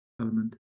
element